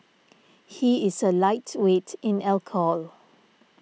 he is a lightweight in alcohol